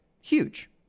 huge